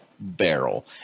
Barrel